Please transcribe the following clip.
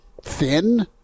thin